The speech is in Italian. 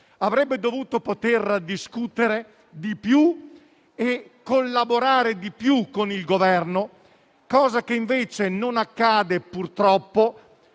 avrebbe dovuto poter discutere e collaborare di più con il Governo, cosa che invece non accade purtroppo